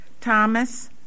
Thomas